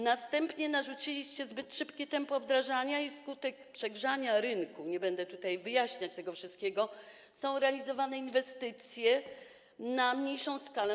Następnie narzuciliście zbyt szybkie tempo wdrażania i wskutek przegrzania rynku - nie będę tutaj wyjaśniać tego wszystkiego - za te same pieniądze są realizowane inwestycje na mniejszą skalę.